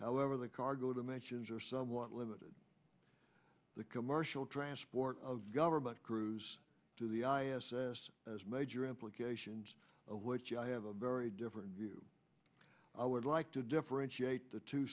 however the cargo dimensions are somewhat limited the commercial transport of government crews to the i s s has major implications of which i have a very different view i would like to differentiate the two